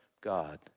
God